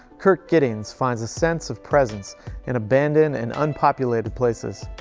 kirk gittings, finds a sense of presence in abandoned and unpopulated places.